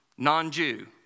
non-jew